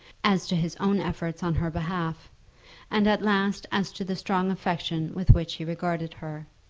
as to his own efforts on her behalf and at last as to the strong affection with which he regarded her.